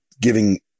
giving